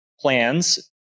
plans